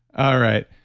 all right.